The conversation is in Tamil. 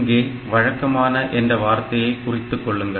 இங்கே வழக்கமான என்ற வார்த்தையை குறித்துக்கொள்ளுங்கள்